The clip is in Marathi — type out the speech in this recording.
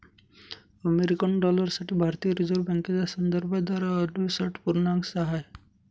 अमेरिकन डॉलर साठी भारतीय रिझर्व बँकेचा संदर्भ दर अडुसष्ठ पूर्णांक सहा आहे